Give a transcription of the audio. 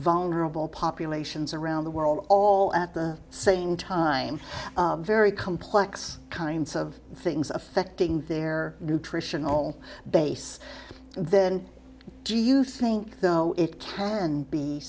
vulnerable populations around the world all at the same time very complex kinds of things affecting their nutritional base then do you think though it can be